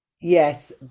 yes